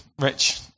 Rich